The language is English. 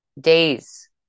days